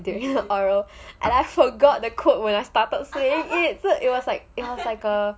during oral and I forgot the quote when I started saying it so it was like a